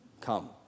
Come